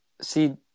See